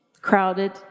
crowded